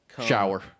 shower